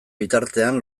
bitartean